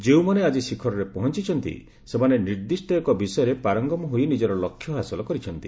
ଯେଉଁମାନେ ଆଜି ଶିଖରରେ ପହଞ୍ଚିଚ୍ଚନ୍ତି ସେମାନେ ନିର୍ଦ୍ଦିଷ୍ଟ ଏକ ବିଷୟରେ ପାରଙ୍ଗମ ହୋଇ ନିଜର ଲକ୍ଷ୍ୟ ହାସଲ କରିଛନ୍ତି